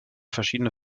verschiedene